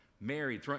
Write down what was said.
married